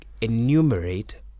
enumerate